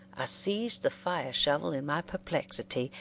i seized the fire-shovel in my perplexity,